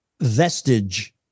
vestige